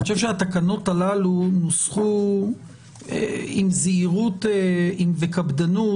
שאני חושב שהתקנות הללו נוסחו עם זהירות ובקפדנות,